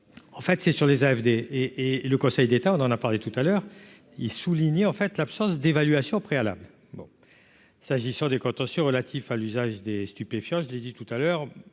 en fait, c'est sur les AMD et le Conseil d'État, on en a parlé tout à l'heure, il soulignait, en fait, l'absence d'évaluation préalable bon s'agissant des contentieux relatif à l'usage des stupéfiants, je l'ai dit tout à l'heure,